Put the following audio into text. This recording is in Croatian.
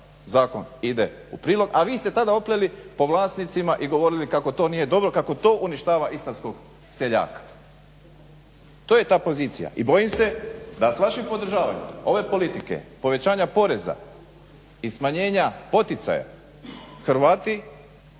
zakon ide u prilog, a vi ste tada opleli po vlasnicima i govorili kako to nije dobro, kako to uništava istarskog seljaka. To je ta pozicija i bojim se da vas vaši podržavaju. Ove politike povećanja poreza i smanjenja poticaja Hrvati